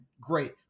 great